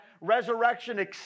resurrection